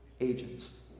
agents